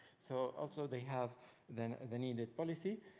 so also, they have then the needed policy.